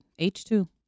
H2